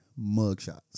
mugshots